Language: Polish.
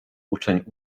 uczeń